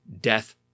death